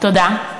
תודה.